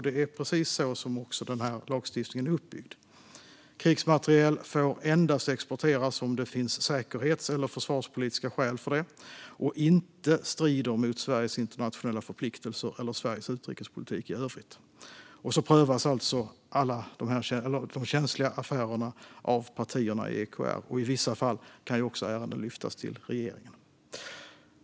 Det är precis så lagstiftningen är uppbyggd. Krigsmateriel får endast exporteras om det finns säkerhets eller försvarspolitiska skäl för det och om det inte strider mot Sveriges internationella förpliktelser eller Sveriges utrikespolitik i övrigt. Och känsliga affärer prövas alltså av partierna i EKR. I vissa fall kan ärenden också lyftas till regeringen.